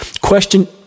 Question